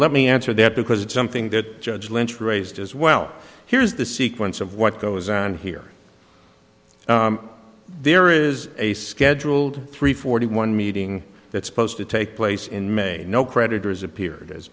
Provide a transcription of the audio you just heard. let me answer that because it's something that judge lynch raised as well here's the sequence of what goes on here there is a scheduled three forty one meeting that's supposed to take place in may no creditors appeared